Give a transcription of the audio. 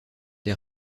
des